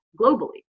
globally